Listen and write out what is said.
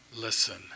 listen